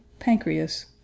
pancreas